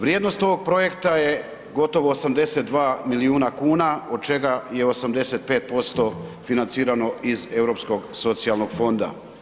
Vrijednost ovog projekta je gotovo 82 milijuna kuna, od čega je 85% financirano iz Europskog socijalnog fonda.